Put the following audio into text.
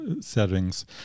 settings